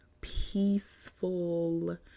peaceful